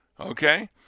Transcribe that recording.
okay